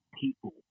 people